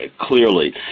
clearly